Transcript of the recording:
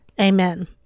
Amen